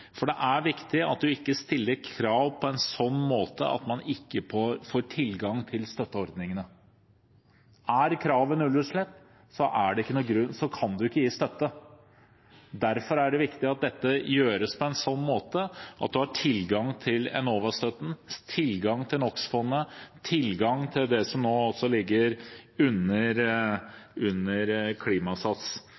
for det er viktig at man ikke stiller krav på en sånn måte at man ikke får tilgang til støtteordningene. Er det krav om nullutslipp, kan man ikke gi støtte. Derfor er det viktig at dette gjøres på en sånn måte at man har tilgang til Enova-støtte, til NO x -fondet og til det som nå ligger under